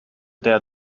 der